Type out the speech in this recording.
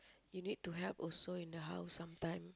you need to help also in the house sometime